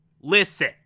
listen